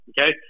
okay